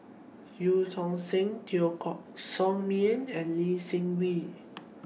EU Tong Sen Teo Koh Sock Miang and Lee Seng Wee